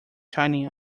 shining